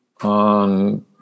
on